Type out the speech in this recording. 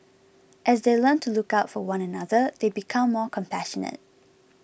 as they learn to look out for one another they become more compassionate